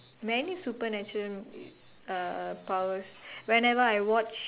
many supernatural movies uh powers whenever I watch